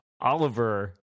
oliver